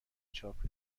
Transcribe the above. چاپ